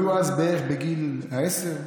מינה וטובה, הן היו אז בגיל עשר,